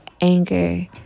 anger